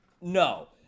No